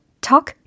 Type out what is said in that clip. talk